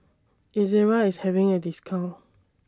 Ezerra IS having A discount